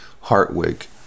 hartwig